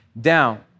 down